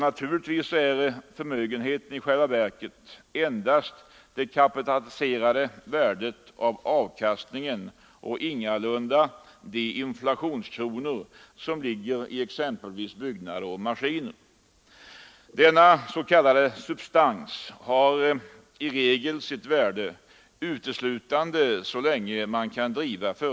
Naturligtvis är förmögenheten i själva verket endast det kapitaliserade värdet av avkastningen och ingalunda de inflationskronor som ligger i exempelvis byggnader och maskiner. Denna ”substans” har i regel sitt värde uteslutande så länge ett företag drivs.